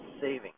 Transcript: saving